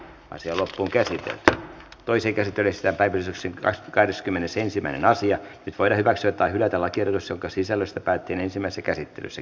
taistelut kun käsitettä toisi centerissä aidsiksi kahdeskymmenesensimmäinen asia kuin hyväksyä tai hylätä lakiehdotus jonka sisällöstä päätin asian käsittely päättyi